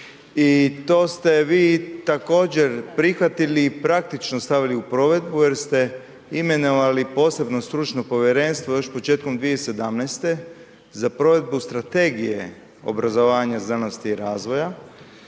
i to ste vi također prihvatili i praktično stavili u provedbu jer ste imenovali posebno stručno povjerenstvo još početkom 2017. za provedbu strategije obrazovanja znanosti i razvoja,